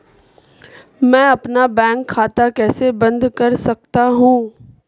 मैं अपना बैंक खाता कैसे बंद कर सकता हूँ?